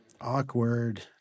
Awkward